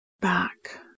back